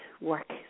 work